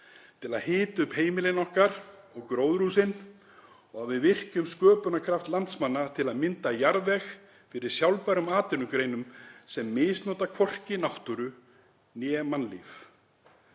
til að hita upp heimilin okkar og gróðurhúsin og að við virkjum sköpunarkraft landsmanna til að mynda jarðveg fyrir sjálfbærar atvinnugreinar sem misnota hvorki náttúru né mannlíf?